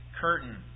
curtain